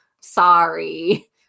sorry